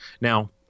Now